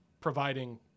providing –